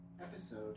episode